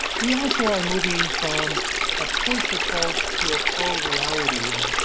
we also are moving from a push approach to appalled reality. and,